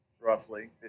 roughly